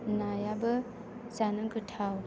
नायाबो जानो गोथाव